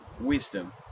Wisdom